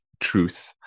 truth